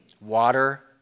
Water